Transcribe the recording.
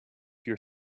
your